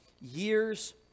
years